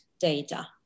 data